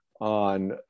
on